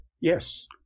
Yes